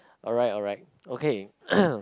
alright alright okay